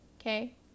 okay